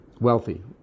wealthy